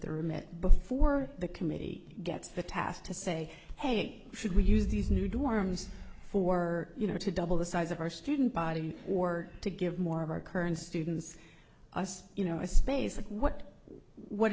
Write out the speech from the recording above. remit before the committee gets the task to say hey should we use these new dorms for you know to double the size of our student body or to give more of our current students us you know a space of what what